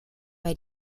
bei